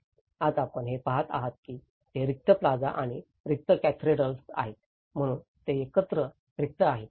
आज आपण जे पहात आहात ते रिक्त प्लाझा आणि रिक्त कॅथेड्रल्स आहेत म्हणून सर्व एकत्र रिक्त आहेत